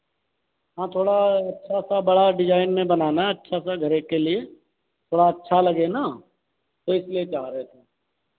हाँ थोड़ा अच्छा सा बड़ा डिज़ाइन में बनाना है अच्छा सा घरे के लिए थोड़ा अच्छा लगे ना तो इसलिए चाह रहे थे